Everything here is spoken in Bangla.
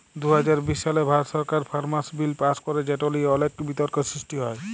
দু হাজার বিশ সালে ভারত সরকার ফার্মার্স বিল পাস্ ক্যরে যেট লিয়ে অলেক বিতর্ক সৃষ্টি হ্যয়